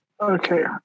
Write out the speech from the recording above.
Okay